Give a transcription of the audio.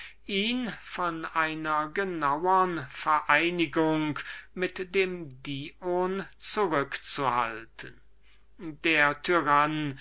ihn von einer genauern vereinigung mit dem dion zurückzuhalten der tyrann